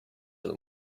them